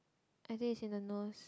I think is in the nose